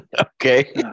Okay